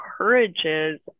encourages